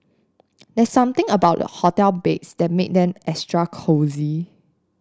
there's something about the hotel beds that make them extra cosy